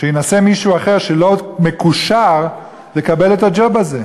שינסה מישהו אחר, שלא מקושר, לקבל את הג'וב הזה.